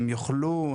הם יוכלו,